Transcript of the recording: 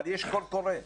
אבל יש קול קורא.